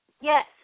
Yes